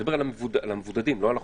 אני מדבר על המבודדים לא על החולים.